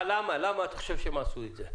למה אתה חושב שהם עשו את זה?